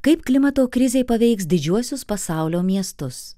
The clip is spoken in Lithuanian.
kaip klimato krizė paveiks didžiuosius pasaulio miestus